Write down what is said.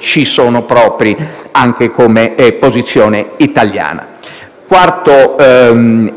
ci sono propri, anche come posizione italiana. Il quarto